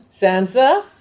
Sansa